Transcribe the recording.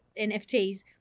NFTs